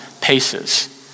paces